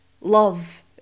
love